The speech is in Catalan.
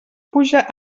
puja